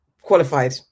Qualified